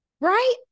right